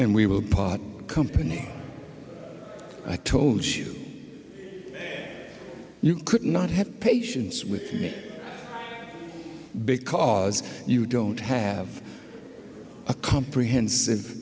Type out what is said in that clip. and we will part company i told you you could not have patience with me because you don't have a comprehensive